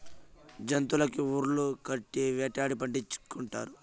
జంతులకి ఉర్లు కట్టి వేటాడి పట్టుకుంటారు